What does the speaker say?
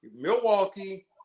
Milwaukee